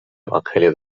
evangelio